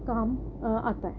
کام آتا ہے